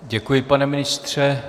Děkuji, pane ministře.